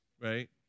right